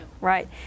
right